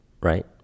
right